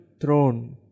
throne